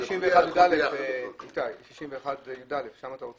בסעיף 61יא. עזוב